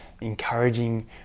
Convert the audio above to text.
encouraging